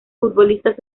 futbolistas